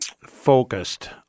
focused